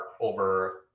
over